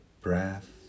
breath